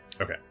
Okay